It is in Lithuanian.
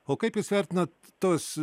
o kaip jūs vertinat tuos